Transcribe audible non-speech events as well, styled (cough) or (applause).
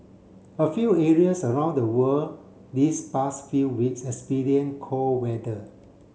a few areas around the world this past few weeks (unintelligible) cold weather